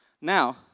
Now